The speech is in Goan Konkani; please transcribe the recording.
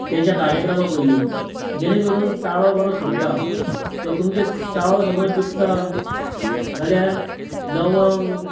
तेंच्या कार्यक्रमा पयलीं जेणें करून ताळो बरो सुट्टा सो तुमचे ताळो समज दुखता जाल्यार लवंग